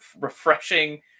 refreshing